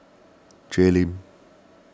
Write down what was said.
Jay Lim